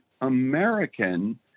American